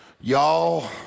y'all